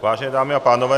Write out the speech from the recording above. Vážené dámy a pánové.